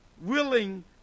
willing